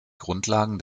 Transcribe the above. grundlagen